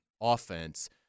offense